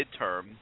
midterm